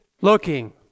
looking